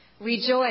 Rejoice